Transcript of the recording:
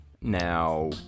Now